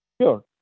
Sure